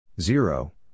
zero